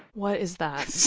what is that?